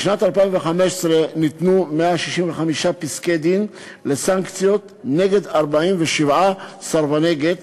בשנת 2015 ניתנו 165 פסקי-דין לסנקציות נגד 47 סרבני גט.